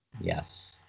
Yes